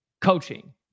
coaching